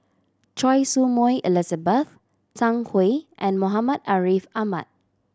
Choy Su Moi Elizabeth Zhang Hui and Muhammad Ariff Ahmad